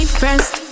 first